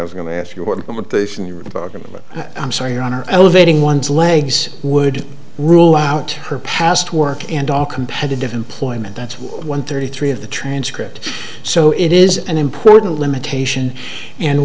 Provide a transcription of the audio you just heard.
program or i'm sorry your honor elevating one's legs would rule out her past work and all competitive employment that's one thirty three of the transcript so it is an important limitation and